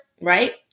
right